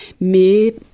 Mais